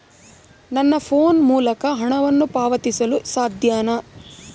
ನನ್ನ ಫೋನ್ ಮೂಲಕ ಹಣವನ್ನು ಪಾವತಿಸಲು ಸಾಧ್ಯನಾ?